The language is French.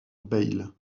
bayle